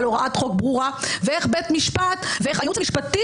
על הוראת חוק ברורה ואיך הייעוץ המשפטי